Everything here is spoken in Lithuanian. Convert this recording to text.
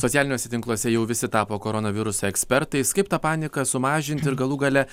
socialiniuose tinkluose jau visi tapo koronaviruso ekspertais kaip tą paniką sumažinti ir galų gale